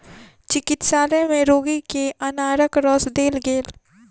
चिकित्सालय में रोगी के अनारक रस देल गेल